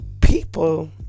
people